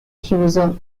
chiuso